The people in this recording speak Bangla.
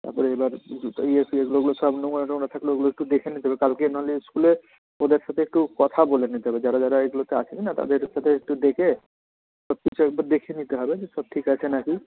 তারপরে এবার জুতো ইয়ে ফিয়েগুলো ওগুলো সব নোংরা টোংরা থাকলে ওগুলোও একটু দেখে নিতে হবে কালকে নাহলে স্কুলে ওদের সাথে একটু কথা বলে নিতে হবে যারা যারা এগুলোতে আছে না তাদের সাথে একটু ডেকে সব কিছু একবার দেখে নিতে হবে যে সব কিছু ঠিক আছে না কি